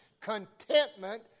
contentment